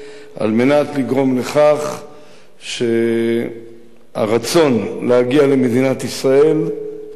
על מנת לגרום לכך שהרצון של המסתננים להגיע למדינת ישראל ייפסק.